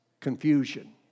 Confusion